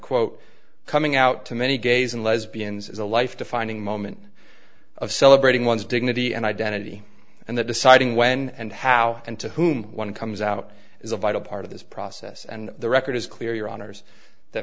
quote coming out to many gays and lesbians is a life defining moment of celebrating one's dignity and identity and that deciding when and how and to whom one comes out is a vital part of this process and the record is clear your honour's that